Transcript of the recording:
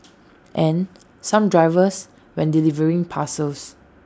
and some drivers when delivering parcels